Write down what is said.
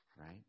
Right